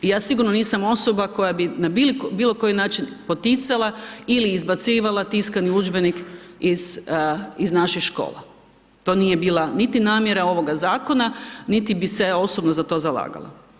I ja sigurno nisam osoba koja bi na bilo koji način poticala ili izbacivala tiskani udžbenik iz naših škola, to nije bila niti namjera ovoga zakona niti bi se osobno za to zalagala.